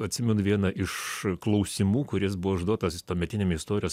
atsimenu vieną iš klausimų kuris buvo užduotas tuometiniam istorijos